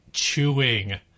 chewing